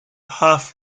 half